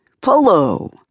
Polo